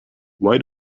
why